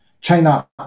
China